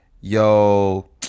Yo